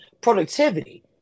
productivity